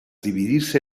dividirse